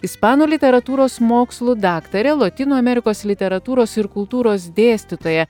ispanų literatūros mokslų daktarė lotynų amerikos literatūros ir kultūros dėstytoja